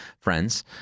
Friends